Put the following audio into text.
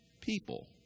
people